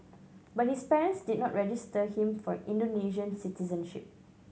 but his parents did not register him for Indonesian citizenship